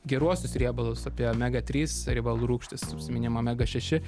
geruosius riebalus apie omega trys riebalų rūgštis užisiminėm omega šeši